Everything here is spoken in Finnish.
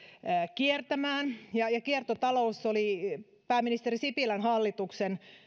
kiertämään kiertotalous oli pääministeri sipilän hallituksen